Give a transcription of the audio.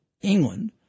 England